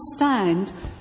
understand